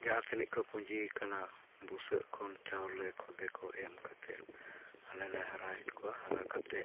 ᱡᱟᱦᱟᱸ ᱛᱤᱱᱟᱹᱜ ᱠᱚ ᱯᱩᱸᱡᱤᱭ ᱟᱠᱟᱱᱟ ᱵᱩᱥᱟᱹᱜ ᱠᱷᱚᱱ ᱪᱟᱣᱞᱮ ᱠᱷᱚᱫᱮ ᱠᱚ ᱮᱢ ᱠᱟᱛᱮᱫ ᱟᱞᱮᱞᱮ ᱦᱟᱨᱟᱭᱮᱫ ᱠᱚᱣᱟ ᱦᱟᱨᱟ ᱠᱟᱛᱮᱫ